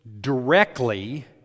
directly